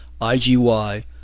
IGY